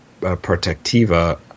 protectiva